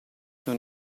non